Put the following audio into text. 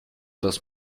das